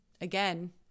again